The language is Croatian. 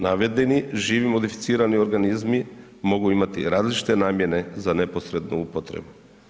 Navedeni živi modificirani organizmi mogu imati različite namjene za neposrednu upotrebu.